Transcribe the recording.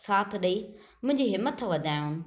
साथ डे॒ई मुंहिंजी हिमत वधायूं